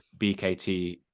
BKT